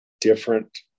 different